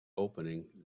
opening